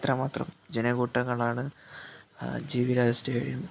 അത്ര മാത്രം ജനകൂട്ടങ്ങളാണ് ജിവി രാജ സ്റ്റേഡിയം